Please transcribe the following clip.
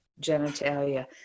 genitalia